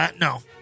No